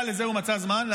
לזה הוא מצא זמן הרמטכ"ל,